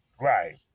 right